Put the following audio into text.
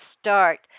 start